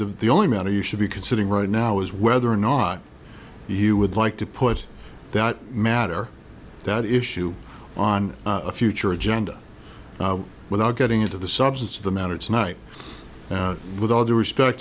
really the only matter you should be considering right now is whether or not you would like to put that matter that issue on a future agenda without getting into the substance of the matter it's night with all due respect